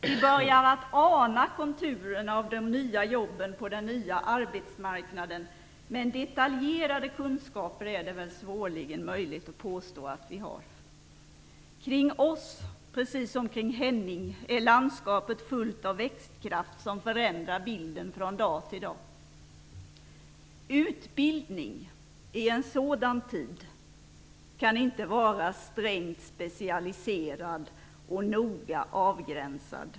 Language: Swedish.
Vi börjar att ana konturerna av de nya jobben på den nya arbetsmarknaden, men detaljerade kunskaper är det väl svårligen möjligt att påstå att vi har. Kring oss, precis som kring Henning, är landskapet fullt av växtkraft, som förändrar bilden från dag till dag. Utbildning i en sådan tid kan inte vara strängt specialiserad och noga avgränsad.